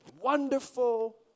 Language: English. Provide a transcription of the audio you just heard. wonderful